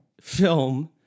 film